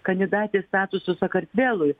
kandidatės statuso sakartvelui